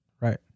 Right